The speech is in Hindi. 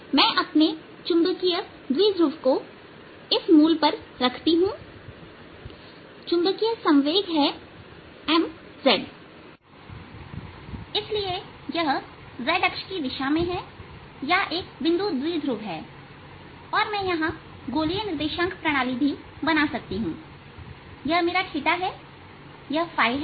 मैं अपने चुंबकीय द्विध्रुव को इस मूल पर रखती हूं चुंबकीय संवेग है mz इसलिए यह z अक्ष की दिशा में है या एक बिंदु द्विध्रुव है और मैं यहां गोलीय निर्देशांक प्रणाली भी बना सकती हूंयह मेरा है और यह मेरा है